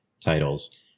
titles